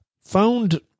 Found